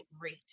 rate